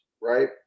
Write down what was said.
right